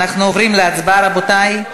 רבותי,